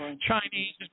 Chinese